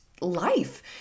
life